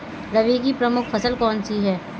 रबी की प्रमुख फसल कौन सी है?